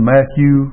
Matthew